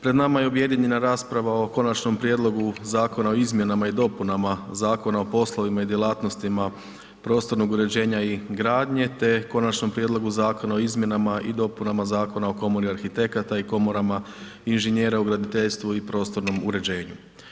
Pred nama je objedinjena rasprava o Konačnom zakona o izmjenama i dopunama Zakona o poslovima i djelatnostima prostornog uređenja i gradnje te Konačnom prijedlogu zakona o izmjenama i dopunama Zakona o komori arhitekata i komorama inženjera u graditeljstvu i prostornom uređenju.